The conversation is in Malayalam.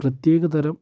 പ്രത്യേക തരം